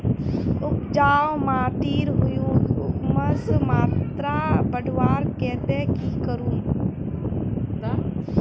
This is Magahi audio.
उपजाऊ माटिर ह्यूमस मात्रा बढ़वार केते की करूम?